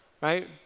right